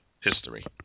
history